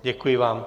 Děkuji vám.